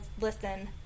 listen